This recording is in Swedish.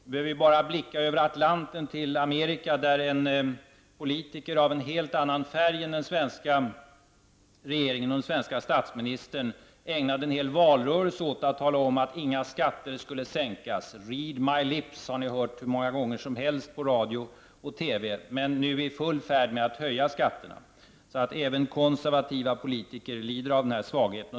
Vi behöver bara blicka över Atlanten till Amerika, där en politiker av en helt annan färg än den svenska regeringen och statsministern ägnade en hel valrörelse åt att tala om att inga skatter skulle höjas. ''Read my lips'', har ni hört hur många gånger som helst på radio och TV. Men nu är USA i full färd med att höja skatterna. Även konservativa politiker lider alltså av denna svaghet.